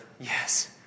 Yes